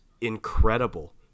incredible